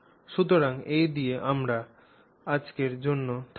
সুতরাং এই দিয়ে আমরা আজকের জন্য থামব